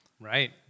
Right